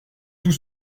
tout